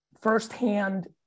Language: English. firsthand